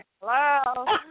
Hello